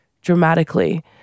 dramatically